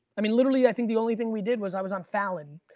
i mean, literally, i think the only thing we did was i was on fallon.